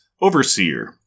overseer